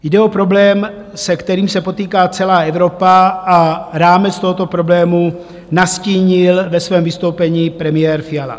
Jde o problém, se kterým se potýká celá Evropa, a rámec tohoto problému nastínil ve svém vystoupení premiér Fiala.